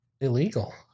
illegal